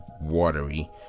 watery